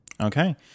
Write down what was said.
Okay